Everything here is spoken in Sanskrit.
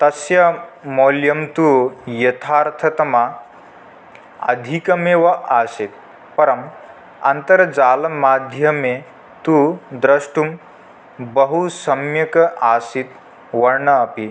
तस्य मौल्यं तु यथार्थतया अधिकमेव आसीत् परम् अन्तर्जालमाध्यमे तु द्रष्टुं बहुसम्यक् आसीत् वर्णः अपि